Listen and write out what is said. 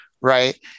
right